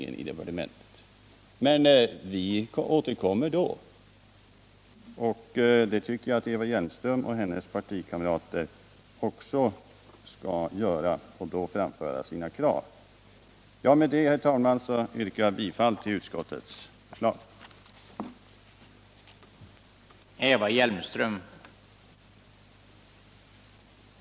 Men vi återkommer när propositionen läggs fram och framför våra krav då, och det tycker jag att Eva Hjelmström och hennes partikamrater också skall göra. Med detta, herr talman, yrkar jag bifall till utskottets hemställan.